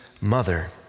mother